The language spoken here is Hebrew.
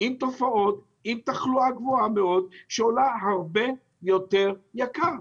תופעות ותחלואה גבוהה מאוד שעולה הרבה יותר כסף.